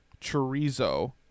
chorizo